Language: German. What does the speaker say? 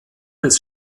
des